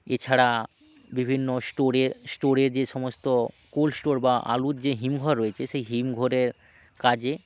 এছাড়া বিভিন্ন স্টোরের স্টোরে যে সমস্ত কোল্ড স্টোর বা আলুর যে হিমঘর রয়েছে সেই হিমঘরে কাজে